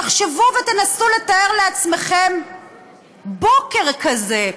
תחשבו ותנסו לתאר לעצמכם בוקר כזה,